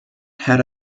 had